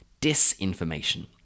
disinformation